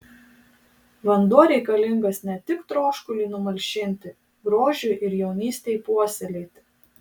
vanduo reikalingas ne tik troškuliui numalšinti grožiui ir jaunystei puoselėti